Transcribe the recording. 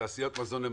תעשיית מזון למטוסים,